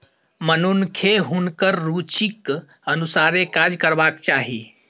मनुखकेँ हुनकर रुचिक अनुसारे काज करबाक चाही